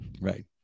right